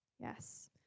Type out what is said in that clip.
Yes